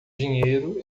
dinheiro